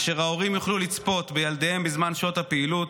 אשר בו ההורים יוכלו לצפות בילדיהם בזמן שעות הפעילות,